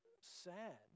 sad